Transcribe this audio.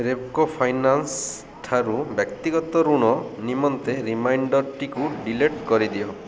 Repco finance ଠାରୁ ବ୍ୟକ୍ତିଗତ ଋଣ ନିମନ୍ତେ ରିମାଇଣ୍ଡର୍ଟିକୁ ଡିଲିଟ୍ କରିଦିଅ